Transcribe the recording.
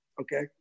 Okay